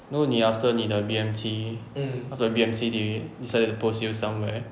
so 你 after 你的 B_M_T after B_M_T they decided to post you somewhere